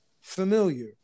familiar